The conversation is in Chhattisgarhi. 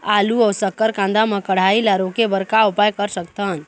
आलू अऊ शक्कर कांदा मा कढ़ाई ला रोके बर का उपाय कर सकथन?